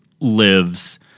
lives